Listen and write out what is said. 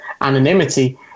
anonymity